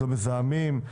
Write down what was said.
לא מזהמים,